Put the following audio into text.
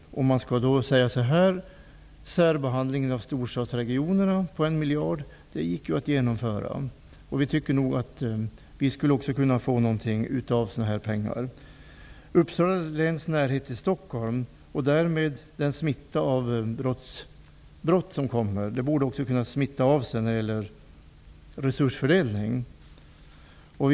Särbehandlingen av storstadsregionerna när det gällde en miljard gick ju att genomföra. Vi tycker nog att också vi borde kunna få del av den typen av pengar. Uppsala läns närhet till Stockholm och därmed den smitta av brott som förekommer borde också kunna påverka resursfördelningen.